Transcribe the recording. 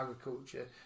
agriculture